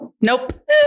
Nope